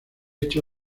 hecho